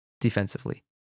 defensively